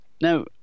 Now